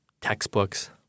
textbooks